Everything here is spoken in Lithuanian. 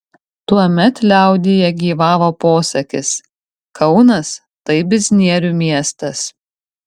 tuomet liaudyje gyvavo posakis kaunas tai biznierių miestas